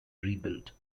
rebuilt